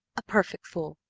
a perfect fool.